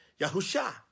Yahusha